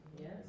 Yes